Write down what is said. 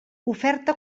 oferta